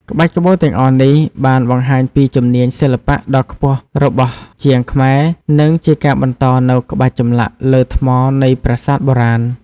ក្បាច់ក្បូរទាំងអស់នេះ បានបង្ហាញពីជំនាញសិល្បៈដ៏ខ្ពស់របស់ជាងខ្មែរ និងជាការបន្តនូវក្បាច់ចម្លាក់លើថ្មនៃប្រាសាទបុរាណ។